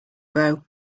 grow